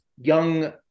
young